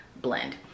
blend